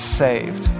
saved